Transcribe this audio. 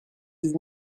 dix